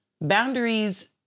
boundaries